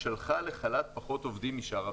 שלחה לחל"ת פחות עובדים משאר המשק.